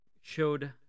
showed